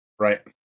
Right